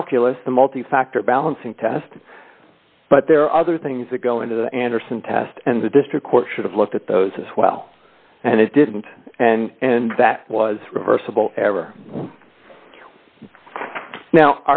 calculus the multi factor balancing test but there are other things that go into the anderson test and the district court should have looked at those as well and it didn't and and that was reversible error now